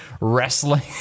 wrestling